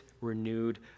renewed